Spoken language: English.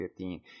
2015